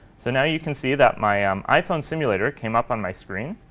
so now you can see that my um iphone simulator came up on my screen.